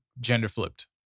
gender-flipped